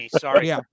Sorry